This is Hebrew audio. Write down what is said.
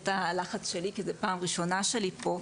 את הלחץ שלי כי זו פעם ראשונה שלי פה,